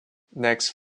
next